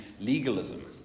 legalism